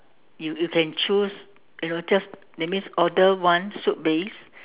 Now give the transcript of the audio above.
you you can choose you know just that means order one soup base